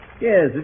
Yes